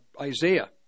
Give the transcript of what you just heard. Isaiah